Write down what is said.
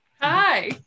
hi